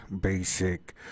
basic